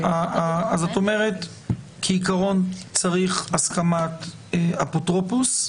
את אומרת שבעיקרון צריך הסכמת אפוטרופוס,